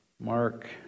Mark